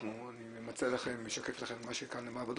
אני משקף לכם את מה שכאן נאמר,